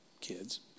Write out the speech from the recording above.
kids